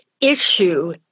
issue